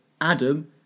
Adam